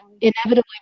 inevitably